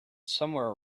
somewhere